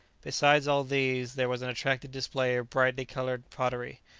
besides all these there was an attractive display of bright-coloured pottery,